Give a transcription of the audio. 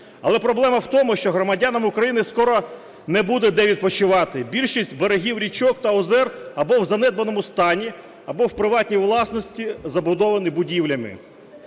Але проблема в тому, що громадян України скоро не буде де відпочивати. Більшість берегів річок та озер або в занедбаному стані, або в приватній власності, забудовані будівлями.